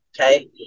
okay